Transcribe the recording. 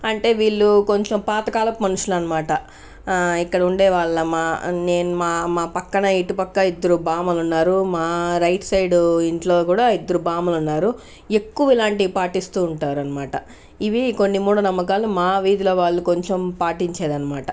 అంటే వీళ్ళు కొంచెం పాతకాలపు మనుషులనమాట ఇక్కడ ఉండే వాళ్ళ మా నేను మా పక్కనే ఇటు పక్క ఇద్దరు భామలు ఉన్నారు మా రైట్ సైడ్ ఇంట్లో కూడా ఇద్దరు భామలు ఉన్నారు ఎక్కువ ఇలాంటియి పాటిస్తూ ఉంటారన్నమాట ఇవి కొన్ని మూఢనమ్మకాలు మా వీధిలో వాళ్ళు కొంచెం పాటించేదనమాట